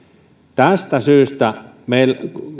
tästä syystä